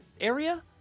area